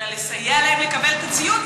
אלא לסייע להם לקבל את הציוד,